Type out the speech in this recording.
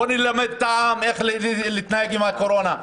בואו נלמד את העם איך להתנהג עם הקורונה,